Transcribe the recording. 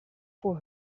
for